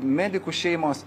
medikų šeimos